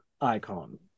icon